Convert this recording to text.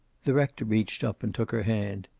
the rector reached up and took her hand.